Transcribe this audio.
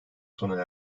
sona